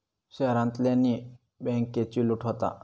शहरांतल्यानी बॅन्केची लूट होता